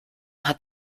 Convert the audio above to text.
hat